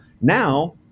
now